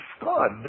God